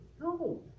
no